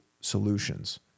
solutions